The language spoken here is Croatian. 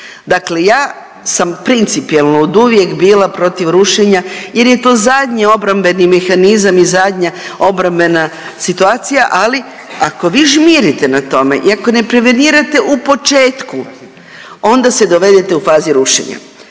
Dakle, ja sam principijelno oduvijek bila protiv rušenja, jer je to zadnji obrambeni mehanizam i zadnja obrambena situacija. Ali ako vi žmirite na tome i ako ne prevenirate u početku onda se dovedete u fazi rušenja.